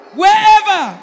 wherever